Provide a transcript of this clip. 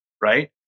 right